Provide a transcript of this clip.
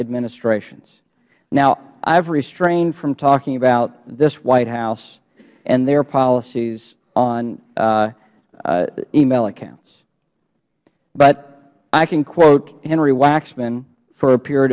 administrations now i have restrained from talking about this white house and their policies on email accounts but i can quote henry waxman for a period